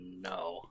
no